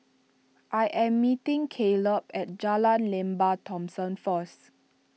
I am meeting Kaleb at Jalan Lembah Thomson first